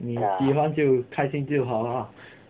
你喜欢就开心就好咯